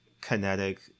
kinetic